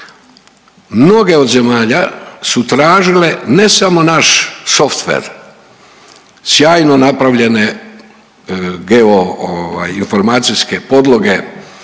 Mnoge od zemalja su tražile ne samo naš softver, sjajno napravljene GO ovaj informacijske podloge,